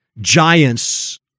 giants